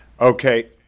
okay